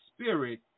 spirit